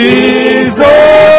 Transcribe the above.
Jesus